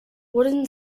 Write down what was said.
wooden